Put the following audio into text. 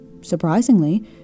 Surprisingly